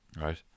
Right